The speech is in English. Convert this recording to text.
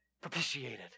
propitiated